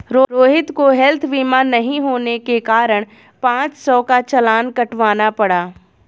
रोहित को हैल्थ बीमा नहीं होने के कारण पाँच सौ का चालान कटवाना पड़ा